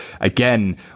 again